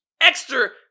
extra